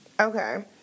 Okay